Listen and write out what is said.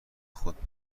خود